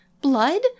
Blood